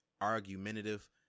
argumentative